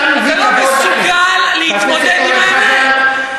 אתה לא מסוגל להתמודד עם האמת.